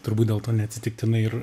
turbūt dėl to neatsitiktinai ir